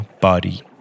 body